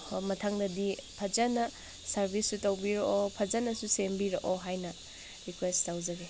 ꯃꯊꯪꯗꯗꯤ ꯐꯖꯅ ꯁꯥꯔꯕꯤꯁꯁꯨ ꯇꯧꯕꯤꯔꯛꯑꯣ ꯐꯖꯅꯁꯨ ꯁꯦꯝꯕꯤꯔꯛꯑꯣ ꯍꯥꯏꯅ ꯔꯤꯀ꯭ꯋꯦꯁ ꯇꯧꯖꯒꯦ